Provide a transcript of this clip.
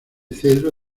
cedro